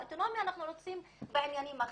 אוטונומיה אנחנו רוצים בעניינים אחרים.